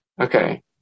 Okay